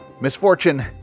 Misfortune